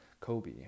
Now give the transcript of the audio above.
Kobe